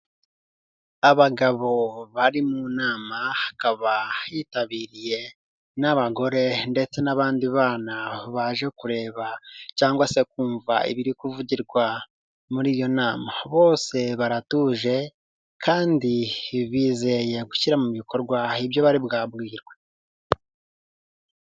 Abagabo bari mu nama, hakaba yitabiriye n'abagore ndetse n'abandi bana baje kureba cyangwa se kumva ibiri kuvugirwa muri iyo nama. Bose baratuje, kandi bizeye gushyira mu bikorwa ibyo bari bwabwirwe.